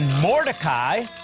Mordecai